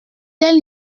tel